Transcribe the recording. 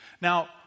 Now